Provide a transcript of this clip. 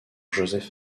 joseph